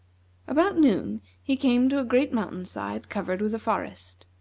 about noon he came to a great mountain-side covered with a forest.